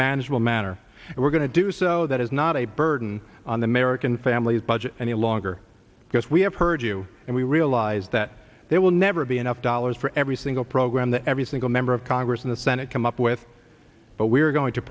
manageable manner we're going to do so that is not a burden on the american family's budget any longer because we have heard you and we realize that there will never be enough dollars for every single program that every single member of congress in the senate come up with but we're going to